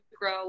grow